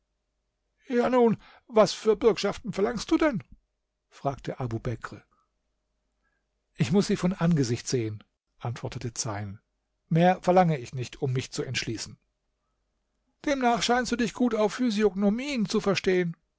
ja nun was für bürgschaften verlangst du denn frage abubekr ich muß sie von angesicht sehen antwortete zeyn mehr verlange ich nicht um mich zu entschließen demnach scheinst du dich gut auf physiognomien zu verstehen